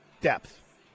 depth